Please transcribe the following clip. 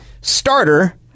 starter